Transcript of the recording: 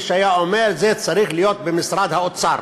שהיה אומר שזה צריך להיות במשרד האוצר,